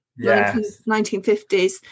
1950s